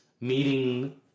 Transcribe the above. meeting